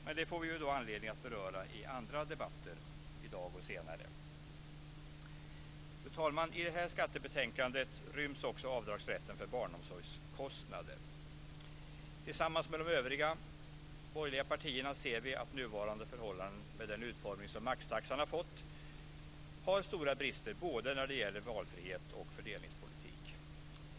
Men det får vi anledning att beröra i andra debatter i dag och senare. Fru talman! I det här skattebetänkandet ryms också avdragsrätten för barnomsorgskostnader. Tillsammans med de övriga borgerliga partierna ser vi att nuvarande förhållanden, med den utformning som maxtaxan har fått, har stora brister både när det gäller valfrihet och fördelningspolitik.